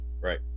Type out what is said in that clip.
Right